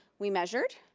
we measured,